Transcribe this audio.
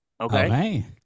Okay